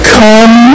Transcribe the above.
come